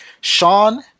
Sean